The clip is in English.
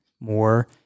more